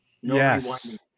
Yes